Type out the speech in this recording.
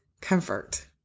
convert